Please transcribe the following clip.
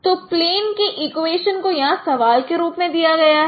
तो प्लेन के इक्वेशन को यहां सवाल के रूप में दिया गया है